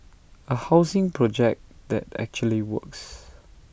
A housing project that actually works